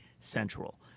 Central